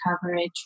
coverage